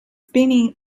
spinning